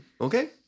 Okay